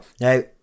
Now